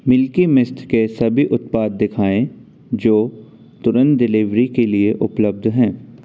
milky Mist के सभी उत्पाद दिखाएँ जो तुरंत डिलीवरी के लिए उपलब्ध हैं